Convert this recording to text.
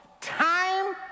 time